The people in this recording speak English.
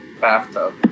bathtub